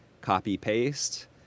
copy-paste